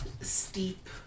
steep